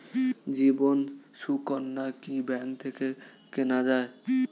জীবন সুকন্যা কি ব্যাংক থেকে কেনা যায়?